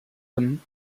them